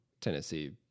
Tennessee